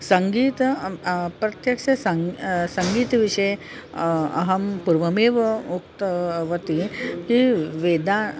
सङ्गीतम् अं प्रत्यक्षसङ्ग् सङ्गीतविषये अहं पूर्वमेव उक्तवती हि वेदा